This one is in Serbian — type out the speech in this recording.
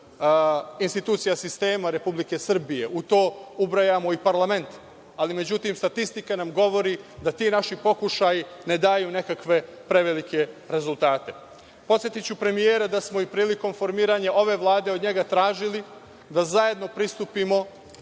institucija sistema Republike Srbije. U to ubrajamo i parlament. Međutim, statistika nam govori da ti naši pokušaji ne daju neke prevelike rezultate. Podsetiću premijera da smo i prilikom formiranja ove Vlade od njega tražili da zajedno pristupimo